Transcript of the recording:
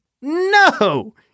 No